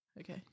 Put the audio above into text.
Okay